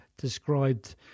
described